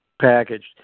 packaged